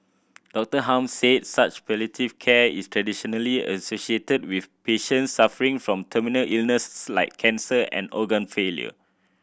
Dr Hum said such palliative care is traditionally associated with patients suffering from terminal illnesses like cancer and organ failure